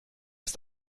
ist